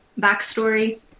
backstory